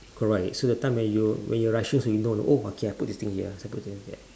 correct so the time when you when you rushes when you know oh okay I put this thing here so I put it here and there